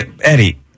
Eddie